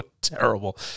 terrible